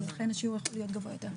לכן השיעור יכול להיות גבוה יותר.